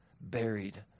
buried